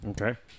okay